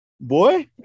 Boy